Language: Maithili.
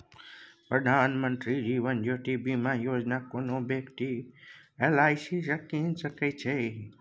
प्रधानमंत्री जीबन ज्योती बीमा योजना कोनो बेकती एल.आइ.सी सँ कीन सकै छै